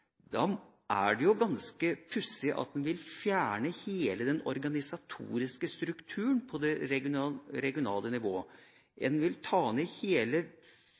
Da er det jo ganske pussig at en vil fjerne hele den organisatoriske strukturen på det regionale nivået. En vil ta ned hele